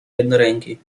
jednoręki